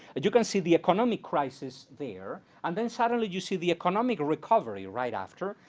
and you can see the economic crisis there, and then suddenly you see the economic recovery right after,